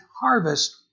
harvest